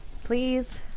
Please